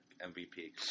MVP